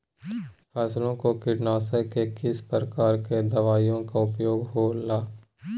फसलों के कीटनाशक के किस प्रकार के दवाइयों का उपयोग हो ला?